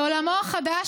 בעולמו החדש,